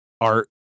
art